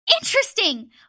Interesting